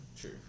True